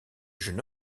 jeune